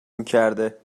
میکرده